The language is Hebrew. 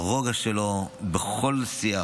הרוגע שלו בכל שיח,